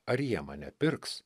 ar jie mane pirks